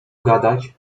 gadać